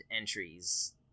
entries